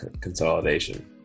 consolidation